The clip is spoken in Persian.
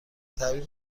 تبریک